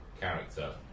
character